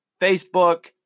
Facebook